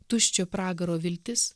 tuščio pragaro viltis